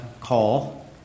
call